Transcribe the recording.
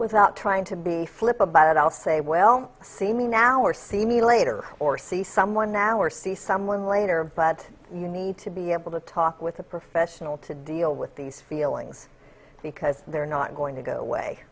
without trying to be flip about it i'll say well see me now or see me later or see someone now or see someone later but you need to be able to talk with a professional to deal with these feelings because they're not going to go away